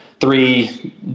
three